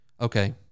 okay